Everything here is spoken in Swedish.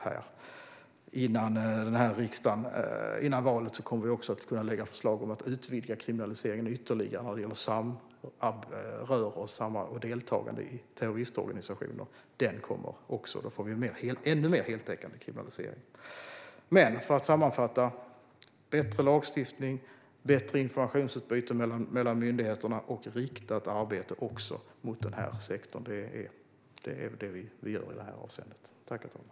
Före valet kommer vi också att kunna lägga fram förslag om att utvidga kriminaliseringen ytterligare när det gäller samröre och deltagande i terroristorganisationer. Då får vi en kriminalisering som täcker ännu bättre. För att sammanfatta kan jag säga att det vi gör i det här avseendet handlar om bättre lagstiftning, bättre informationsutbyte mellan myndigheterna och riktat arbete mot den här sektorn.